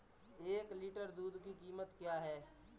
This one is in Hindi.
एक लीटर दूध की कीमत क्या है?